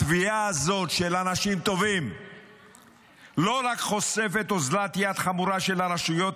התביעה הזאת של אנשים טובים לא רק חושפת אוזלת יד חמורה של הרשויות,